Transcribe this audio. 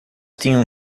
tinham